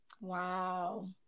Wow